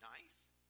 Nice